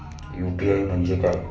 UPI म्हणजे काय?